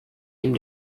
neben